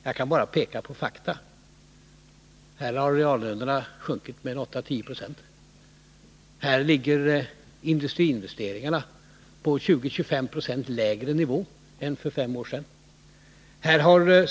Jag kan bara peka på fakta. Reallönerna har sjunkit med 8-10 26. Industriinvesteringarna ligger på 20-25 46 lägre nivå än för fem år sedan.